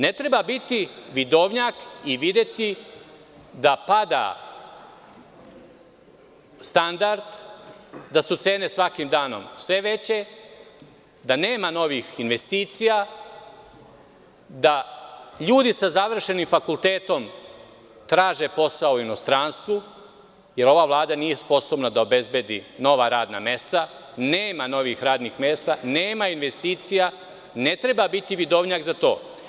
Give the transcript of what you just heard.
Ne treba biti vidovnjak i videti da pada standard, da su cene svakim danom sve veće, da nema novih investicija, da ljudi sa završenim fakultetom traže posao u inostranstvu, jer ova Vlada nije sposobna da obezbedi nova radna mesta, nema novih radnih mesta, nema investicija, ne treba biti vidovnjak za to.